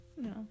No